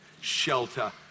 shelter